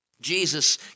Jesus